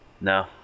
No